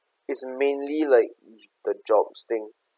is the mainly like the jobs thing